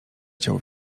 chciał